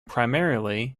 primarily